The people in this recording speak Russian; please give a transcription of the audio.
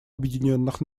объединенных